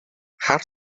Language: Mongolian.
хар